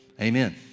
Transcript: Amen